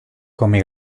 come